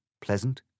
pleasant